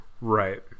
Right